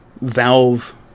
Valve